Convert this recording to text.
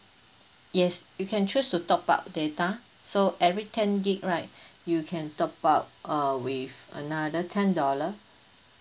yes you can choose to top up data so every ten gig right you can top up uh with another ten dollar